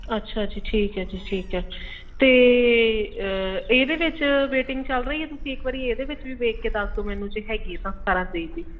ਅੱਛਾ ਜੀ ਠੀਕ ਹੈ ਜੀ ਠੀਕ ਹੈ ਅਤੇ ਇਹਦੇ ਵਿੱਚ ਵੇਟਿੰਗ ਚੱਲ ਰਹੀ ਹੈ ਤੁਸੀਂ ਇੱਕ ਵਾਰੀ ਇਹਦੇ ਵਿੱਚ ਵੀ ਵੇਖ ਕੇ ਦੱਸ ਦਿਓ ਮੈਨੂੰ ਜੇ ਹੈਗੀ ਹੈ ਤਾਂ ਸਤਾਰਾਂ ਤਾਰੀਕ ਦੀ